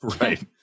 right